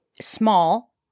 small